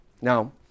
Now